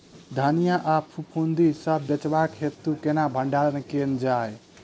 धनिया केँ फफूंदी सऽ बचेबाक हेतु केना भण्डारण कैल जाए?